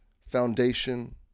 foundation